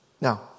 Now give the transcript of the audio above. Now